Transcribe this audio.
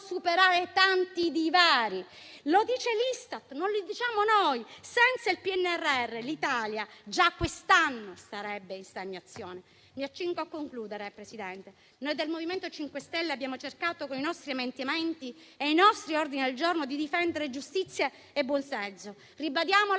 superare tanti divari. Lo dice l'Istat, non lo diciamo noi: senza il PNRR l'Italia già quest'anno sarebbe in stagnazione. Signor Presidente - e mi accingo a concludere - noi del MoVimento 5 Stelle abbiamo cercato con i nostri emendamenti e i nostri ordini al giorno di difendere giustizia e buonsenso. Ribadiamo la